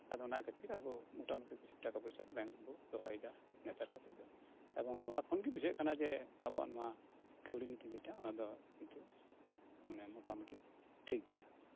ᱟᱫᱚ ᱚᱱᱟ ᱠᱷᱟᱛᱤᱨ ᱟᱵᱚ ᱢᱚᱴᱟᱢᱩᱴᱤ ᱠᱤᱪᱷᱩ ᱴᱟᱠᱟ ᱯᱚᱭᱥᱟ ᱫᱚ ᱵᱮᱝᱠ ᱨᱮᱵᱚ ᱫᱚᱦᱚᱭ ᱫᱟ ᱱᱮᱛᱟᱨ ᱠᱟᱛᱮᱜ ᱫᱚ ᱮᱵᱚᱝ ᱱᱚᱣᱟ ᱠᱷᱚᱱ ᱜᱮ ᱵᱩᱡᱷᱟᱹᱜ ᱠᱟᱱᱟ ᱡᱮ ᱟᱵᱚᱣᱟᱜ ᱱᱚᱣᱟ ᱠᱟᱹᱣᱰᱤ ᱱᱤᱛᱤ ᱡᱮᱴᱟ ᱚᱱᱟ ᱫᱚ ᱱᱤᱛᱚᱜ ᱢᱟᱱᱮ ᱢᱚᱴᱟᱢᱩᱴᱤ ᱴᱷᱤᱠ ᱜᱮᱭᱟ